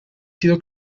sido